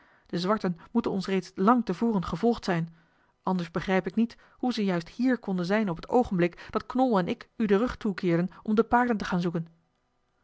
de zwarten moeten ons reeds lang te voren gevolgd zijn anders begrijp ik niet hoe ze juist hier konden zijn op het oogenblik dat knol en ik u den rug toekeerden om de paarden te gaan zoeken